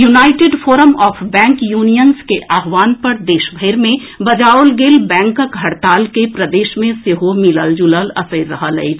United forum of bank unions के आह्वान पर देश भरि मे बजाओल गेल बैसक मे हड़ताल के प्रदेश मे सेहो मिलल जुलल असरि देखल जा रहल अछि